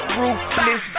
ruthless